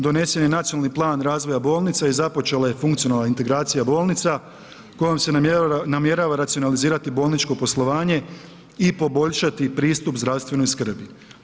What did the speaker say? Donesen je nacionalni plan razvoja bolnica i započela je funkcionalna integracija bolnica kojom se namjerava racionalizirati bolničko poslovanje i poboljšati pristup zdravstvenoj skrbi.